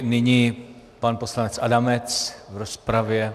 Nyní pan poslanec Adamec v rozpravě.